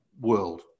world